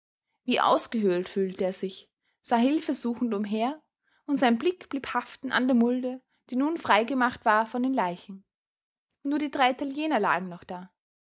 wie ausgehöhlt fühlte er sich sah hilfesuchend umher und sein blick blieb haften an der mulde die nun freigemacht war von den leichen nur die drei italiener lagen noch da